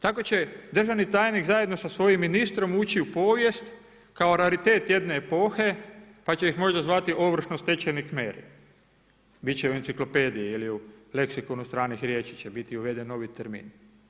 Tako će državni tajnik zajedno sa svojim ministrom ući u povijest kao raritet jedne epohe pa će ih možda zvati ovršno stečajni kmeri, bit će u enciklopediji ili u leksikonu stranih riječi će biti uveden novi termin.